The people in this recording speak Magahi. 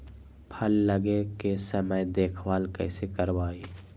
फल लगे के समय देखभाल कैसे करवाई?